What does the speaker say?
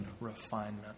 refinement